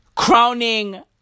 crowning